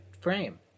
frame